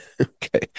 Okay